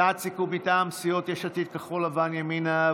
הצעת סיכום מטעם סיעות יש עתיד, כחול לבן, ימינה,